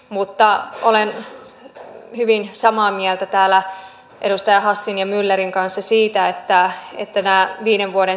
mutta olen hyvin samaa mieltä edustaja hassin ja myllerin kanssa tästä viiden vuoden siirtymäajasta